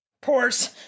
pours